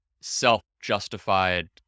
self-justified